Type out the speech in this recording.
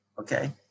okay